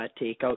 takeout